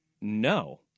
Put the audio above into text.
No